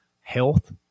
health